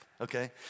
okay